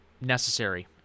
necessary